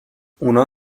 اونا